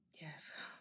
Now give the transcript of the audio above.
Yes